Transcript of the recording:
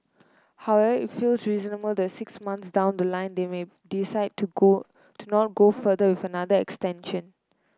it feels reasonable that six months down the line they may decide to go to not go further with another extension